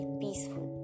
peaceful